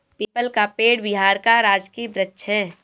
people का पेड़ बिहार का राजकीय वृक्ष है